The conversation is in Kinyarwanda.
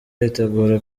yitegura